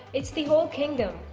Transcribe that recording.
it's the whole kingdom.